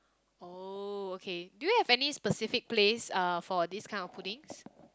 oh okay do you have any specific place uh for this kind of puddings